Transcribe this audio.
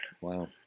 Wow